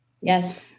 Yes